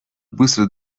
быстро